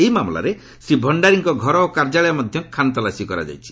ଏହି ମାମଲାରେ ଶ୍ରୀ ଭଷାରୀଙ୍କ ଘର ଓ କାର୍ଯ୍ୟାଳୟ ମଧ୍ୟ ଖାନ୍ତଲାସୀ କରାଯାଇଛି